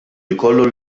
jkollu